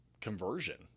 conversion